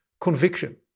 conviction